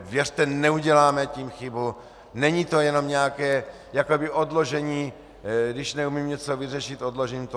Věřte, neuděláme tím chybu, není to jenom nějaké jakoby odložení, když neumím něco vyřešit, odložím to.